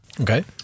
Okay